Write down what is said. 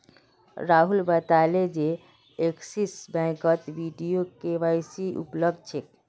राहुल बताले जे एक्सिस बैंकत वीडियो के.वाई.सी उपलब्ध छेक